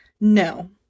No